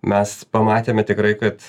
mes pamatėme tikrai kad